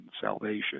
salvation